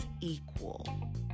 equal